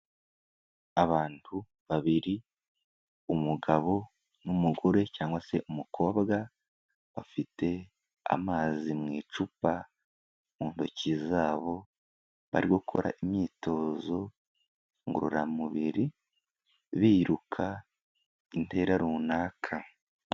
Abantu babiri umugabo n'umugore cyangwa se umukobwa, bafite amazi mu icupa mu ntoki zabo bari gukora imyitozo ngororamubiri biruka intera runaka.